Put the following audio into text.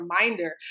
reminder